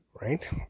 right